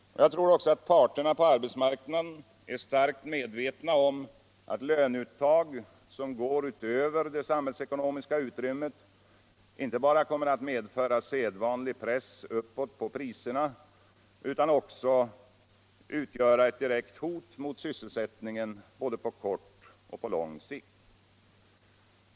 Jag tror också all parterna på arbetsmarknaden är starkt medvetna om altt löneuttag som pår utöver det samhällsekonomiska utrymmet kommer att inte bara medföra sedvanlig press uppåt på priserna utan också utgöra eu direkt hot mot sysselsättningen på både kort och lång sikt.